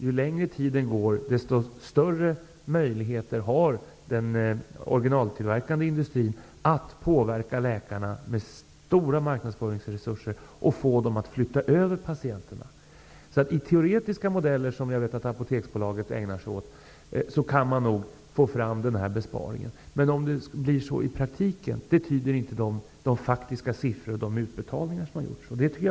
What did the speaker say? Ju längre tid som går, desto större möjligheter har den originaltillverkande industrin att påverka läkarna med stora marknadsföringsresurser och få dem att flytta över patienterna. I teoretiska modeller, som jag vet att Apoteksbolaget ägnar sig åt att göra, kan man nog få fram besparingen, men de faktiska siffrorna och de utbetalningar som har gjorts tyder inte på att det blir så i praktiken.